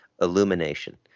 illumination